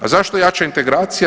A zašto jače integracija?